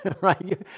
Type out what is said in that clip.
right